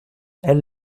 elle